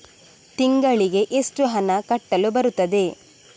ತಿಂಗಳಿಗೆ ಎಷ್ಟು ಹಣ ಕಟ್ಟಲು ಬರುತ್ತದೆ?